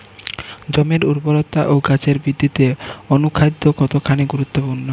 জমির উর্বরতা ও গাছের বৃদ্ধিতে অনুখাদ্য কতখানি গুরুত্বপূর্ণ?